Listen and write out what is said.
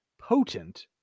potent